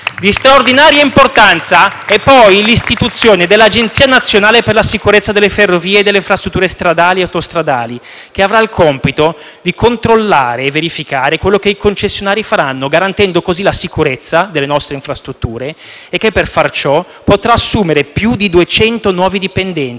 Di straordinaria importanza è poi l’istituzione dell’Agenzia nazionale per la sicurezza delle ferrovie e delle infrastrutture stradali e autostradali, che avrà il compito di controllare e verificare quello che i concessionari faranno, garantendo così la sicurezza delle nostre infrastrutture; per fare ciò, potrà assumere più di 209 dipendenti,